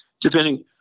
depending